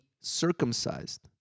circumcised